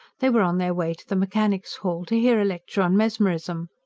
they were on their way to the mechanics' hall, to hear a lecture on mesmerism.